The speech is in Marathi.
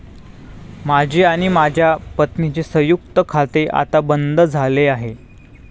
माझे आणि माझ्या पत्नीचे संयुक्त खाते आता बंद झाले आहे